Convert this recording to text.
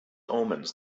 omens